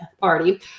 party